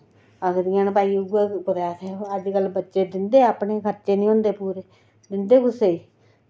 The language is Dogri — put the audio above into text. आखदियां न भई उ'ऐ कुतै अजकल बच्चे दिंदे अपने खर्चे निं होंदे पूरे दिंदे कुसै गी